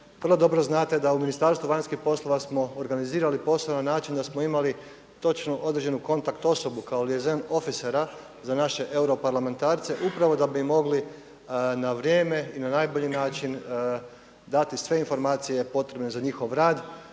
vrlo dobro znate da u Ministarstvu vanjskih poslova smo organizirali poslove na način da smo imali točno određenu kontakt osobu kao … za naše europarlamentarce upravo da bi mogli na vrijeme i na najbolji način dati sve informacije potrebne za njihov rad.